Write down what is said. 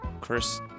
Chris